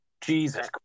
Jesus